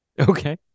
Okay